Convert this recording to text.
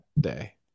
day